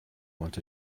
want